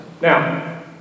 Now